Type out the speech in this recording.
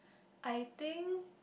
I think